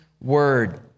word